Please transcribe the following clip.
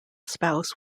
spouse